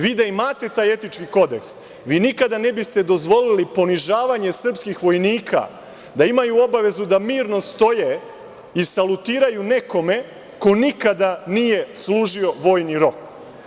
Vi da imate taj etički kodeks, vi nikada ne biste dozvolili ponižavanje srpskih vojnika da imaju obavezu da mirno stoje i salutiraju nekome ko nikada nije služio vojni rok.